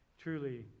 truly